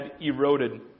eroded